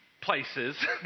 places